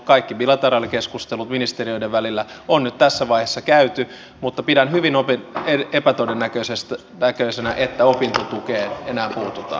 kaikki bilateraalikeskustelut ministeriöiden välillä on nyt tässä vaiheessa käyty mutta pidän hyvin epätodennäköisenä että opintotukeen enää puututaan